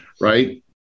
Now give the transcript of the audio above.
right